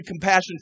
compassion